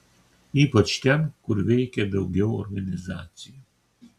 ypač ten kur veikė daugiau organizacijų